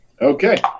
Okay